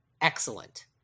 excellent